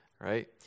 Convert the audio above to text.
right